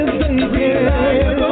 baby